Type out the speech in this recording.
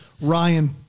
Ryan